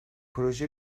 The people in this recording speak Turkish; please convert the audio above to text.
proje